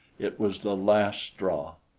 it was the last straw.